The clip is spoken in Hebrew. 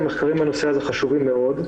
המחקרים בנושא הזה באמת חשובים מאוד,